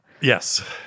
Yes